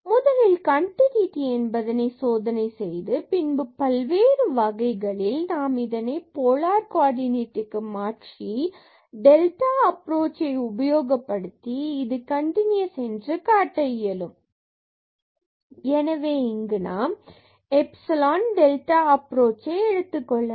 முதலில் கண்டினூட்டி என்பதை சோதனை செய்து பின்பு பல்வேறு வகைகளில் நாம் இதனை போலார் கோ ஆர்டினேட்க்கு மாற்றி டெல்டா அப்புரோச்ஐ உபயோகப்படுத்தி இது கண்டினுயஸ் என்று காட்ட இயலும் fxyx2y2x|y|xy≠00 0xy00 எனவே இங்கு நாம் எப்சிலான் டெல்டா அப்ரோச்சை எடுத்துக்கொள்ளலாம்